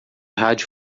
rádio